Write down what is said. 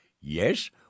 Yes